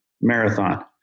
Marathon